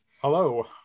hello